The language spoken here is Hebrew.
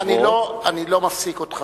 אני לא מפסיק אותך,